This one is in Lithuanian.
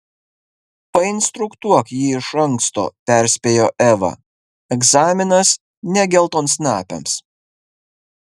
painstruktuok jį iš anksto perspėjo eva egzaminas ne geltonsnapiams